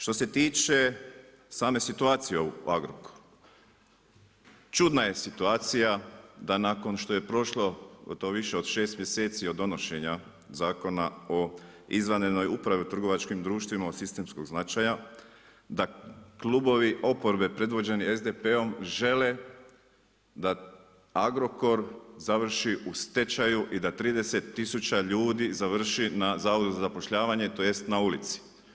Što se tiče same situacije u Agrokoru, čudna je situacija, da nakon što je prošlo to više od 6 mjeseci od donošenja Zakona o izvanrednoj upravi u trgovačkim društvima od sistemskog značaja, da klubovi oporbe predvođeni SDP-om žele da Agrokor završi u stečaju i da 30000 ljudi završi na Zavodu za zapošljavanje, tj. na ulici.